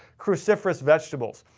cruciferous vegetables.